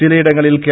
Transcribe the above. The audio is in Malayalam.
ചിലയിടങ്ങളിൽ കെ